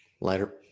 Later